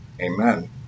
Amen